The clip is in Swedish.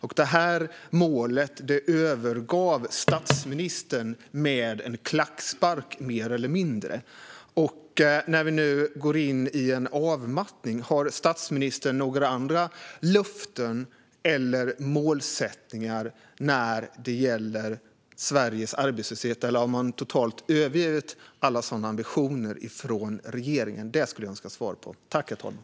Statsministern övergav målet med mer eller mindre en klackspark. När vi nu går in i en avmattning undrar jag om statsministern har några andra löften eller målsättningar när det gäller Sveriges arbetslöshet. Eller har regeringen totalt övergett alla sådana ambitioner? Det skulle jag önska ett svar på.